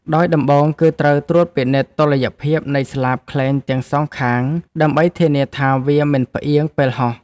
ដោយដំបូងគឺត្រូវត្រួតពិនិត្យតុល្យភាពនៃស្លាបខ្លែងទាំងសងខាង ដើម្បីធានាថាវាមិនផ្អៀងពេលហោះ។